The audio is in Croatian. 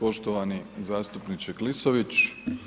Poštovani zastupniče Klisović.